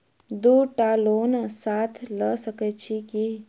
दु टा लोन साथ लऽ सकैत छी की?